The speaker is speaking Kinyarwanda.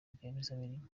rwiyemezamirimo